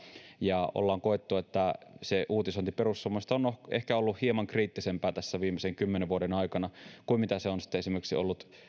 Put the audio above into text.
ja olemme kokeneet että se uutisointi perussuomalaisista on ollut ehkä hieman kriittisempää tässä viimeisen kymmenen vuoden aikana kuin mitä se on ollut esimerkiksi